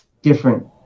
different